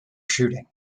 shooting